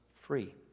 free